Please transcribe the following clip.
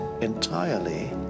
entirely